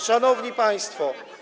Szanowni Państwo!